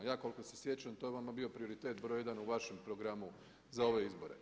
Ja koliko se sjećam to je vama bio prioritet broj jedan u vašem programu za ove izbore.